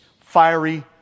fiery